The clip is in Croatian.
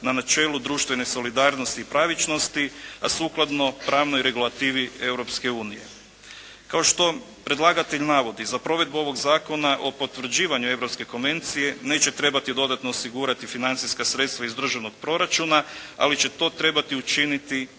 na načelu društvene solidarnosti i pravičnosti, a sukladno pravnoj regulativi Europske unije. Kao što predlagatelj navodi za provedbu ovog Zakona o potvrđivanju Europske konvencije neće trebati dodatno osigurati financijska sredstva iz Državnog proračuna, ali će to trebati učiniti